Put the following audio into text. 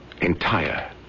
entire